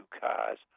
cars